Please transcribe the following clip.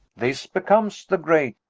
this becomes the great.